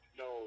no